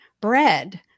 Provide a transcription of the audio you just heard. bread